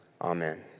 Amen